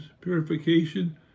purification